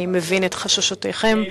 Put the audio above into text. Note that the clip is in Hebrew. אני מבין את חששותיכם.